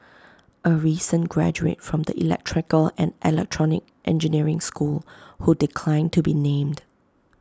A recent graduate from the electrical and electronic engineering school who declined to be named